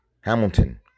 Hamilton